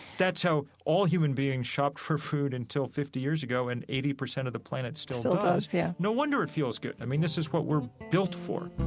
that's how all human beings shopped for food until fifty years ago and eighty percent of the planet still does still does, yeah no wonder it feels good. i mean, this is what we're built for